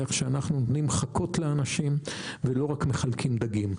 שאנחנו נותנים חכות לאנשים ולא רק מחלקים דגים.